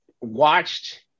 watched